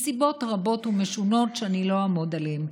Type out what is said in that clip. מסיבות רבות ומשונות, שאני לא אעמוד עליהן.